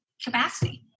Capacity